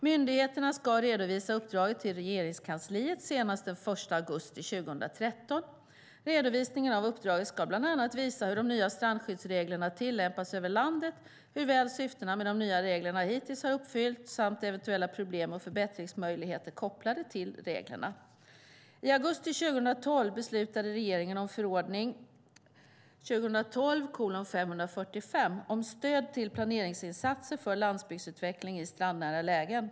Myndigheterna ska redovisa uppdraget till Regeringskansliet senast den 1 augusti 2013. Redovisningen av uppdraget ska bland annat visa hur de nya strandskyddsreglerna tillämpas över landet, hur väl syftena med de nya reglerna hittills har uppfyllts samt eventuella problem och förbättringsmöjligheter kopplade till reglerna. I augusti 2012 beslutade regeringen om förordning 2012:545 om stöd till planeringsinsatser för landsbygdsutveckling i strandnära lägen.